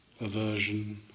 aversion